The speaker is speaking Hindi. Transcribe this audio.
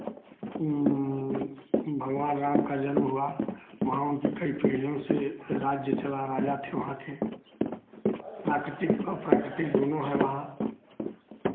भगवान राम का जन्म हुआ वहाँ उनकी कई पीढ़ियों से राज्य चला राजा थे वहाँ के प्राकृतिक अप्राकृतिक दोनो है वहाँ